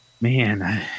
Man